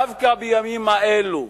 דווקא בימים האלו,